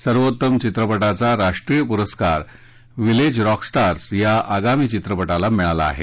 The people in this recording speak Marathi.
सर्वोत्तम चित्रपटाचा राष्ट्रीय पुरस्कार व्हिलेज रॉकस्टार्स या आसामी चित्रपटाला मिळाला आहे